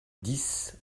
dix